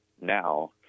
now